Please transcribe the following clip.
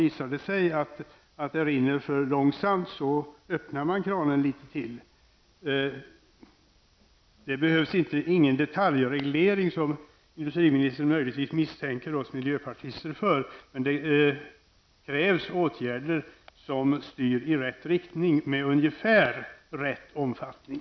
Visar det sig att det rinner för långsamt, öppnar man kranen litet till. Det behövs ingen detaljreglering, som industriministern möjligtvis misstänker oss miljöpartister för att vilja ha, men det krävs åtgärder som styr i rätt riktning och med ungefär rätt omfattning.